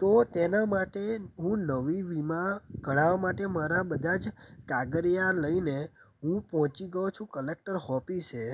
તો તેના માટે હું નવી વીમા કઢાવવા માટે મારા બધાં જ કાગળિયા લઈને હું પહોંચી ગયો છું કલેક્ટર ઓફિસે